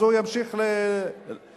אז הוא ימשיך לרצות,